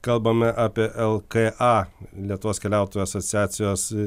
kalbame apie lka lietuvos keliautojų asociacijos